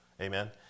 Amen